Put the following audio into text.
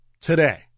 today